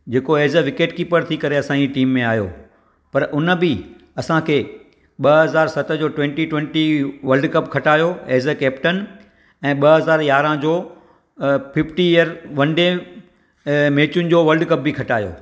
जेको ऐस अ विकेट कीपर थी करे असांजी टीम में आहियो पर हुन बि असांखे ॿ हज़ार सत जो ट्वेन्टी ट्वेन्टी वर्ल्ड कप खटायो ऐस अ कैप्टन ऐं ॿ हज़ार यारहां जो अ फिफ्टी ईयर वन डे मैचुनि जो वर्ल्ड कप बि खटायो